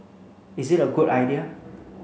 is it a good idea